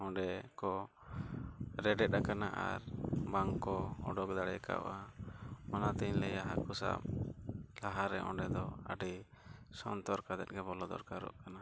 ᱚᱸᱰᱮ ᱠᱚ ᱨᱮᱰᱮᱫ ᱟᱠᱟᱱᱟ ᱟᱨ ᱵᱟᱝᱠᱚ ᱚᱰᱚᱠ ᱫᱟᱲᱮᱠᱟᱣᱟ ᱚᱱᱟᱛᱤᱧ ᱞᱟᱹᱭᱟ ᱦᱟᱹᱠᱩ ᱥᱟᱵ ᱞᱟᱦᱟᱨᱮ ᱚᱸᱰᱮ ᱫᱚ ᱟᱹᱰᱤ ᱥᱚᱱᱛᱚᱨ ᱠᱟᱛᱮᱫ ᱜᱮ ᱵᱚᱞᱚ ᱫᱚᱨᱠᱟᱨᱚᱜ ᱠᱟᱱᱟ